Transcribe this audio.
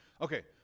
Okay